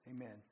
Amen